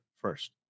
first